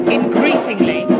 increasingly